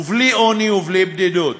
לא בעוני ולא בבדידות.